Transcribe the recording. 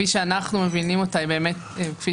אנחנו מבינים אותה כפי